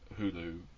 Hulu